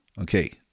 Okay